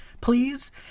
please